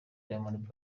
diamond